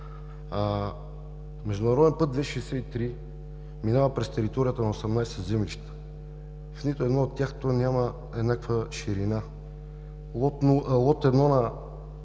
Международен път II-63 минава през територията на 18 землища. В нито едно от тях той няма еднаква ширина. По лот 1 на